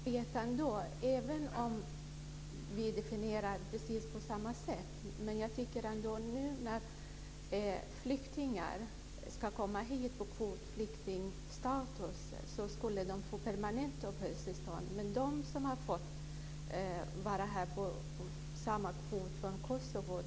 Fru talman! Även om vi definierar precis på samma sätt vill jag ända ha en förklaring. Nu när flyktingar ska komma hit med kvotflyktingstatus ska de få permanent uppehållstillstånd. Men de som har fått vara här på samma kvot från Kosovo får bara tillfälliga tillstånd.